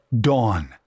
dawn